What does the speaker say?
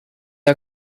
are